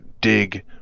dig